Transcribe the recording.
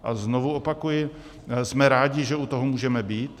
A znovu opakuji, jsme rádi, že u toho můžeme být.